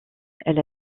elle